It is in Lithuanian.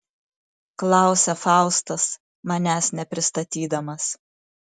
klausia faustas manęs nepristatydamas